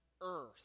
earth